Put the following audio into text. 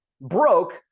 broke